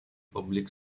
public